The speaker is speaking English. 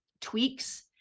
tweaks